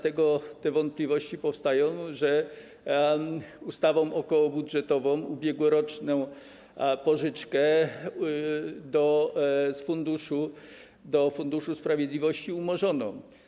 Te wątpliwości powstają, dlatego że ustawą okołobudżetową ubiegłoroczną pożyczkę z funduszu do Funduszu Sprawiedliwości umorzono.